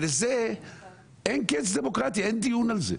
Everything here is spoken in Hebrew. בזה אין קץ דמוקרטיה, אין דיון על זה.